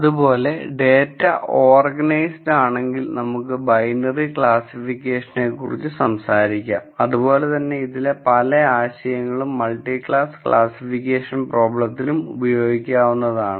അതുപോലെ data organised ആണെങ്കിൽ നമുക്ക് ബൈനറി ക്ലാസ്സിഫിക്കേഷനെക്കുറിച്ച് സംസാരിക്കാം അതുപോലെ തന്നെ ഇതിലെ പല ആശയങ്ങളും മൾട്ടിക്ലാസ്സ് ക്ലാസ്സിഫിക്കേഷൻ പ്രോബ്ലത്തിലും ഉപയോഗിക്കാവുന്നതാണ്